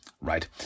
Right